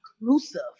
inclusive